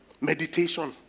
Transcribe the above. meditation